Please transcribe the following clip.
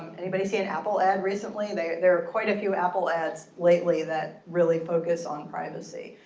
anybody see an apple ad recently? there there are quite a few apple ads lately that really focus on privacy.